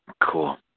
Cool